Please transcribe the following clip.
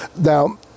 Now